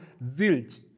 zilch